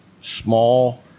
small